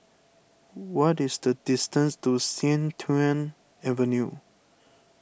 what is the distance to Sian Tuan Avenue